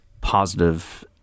positive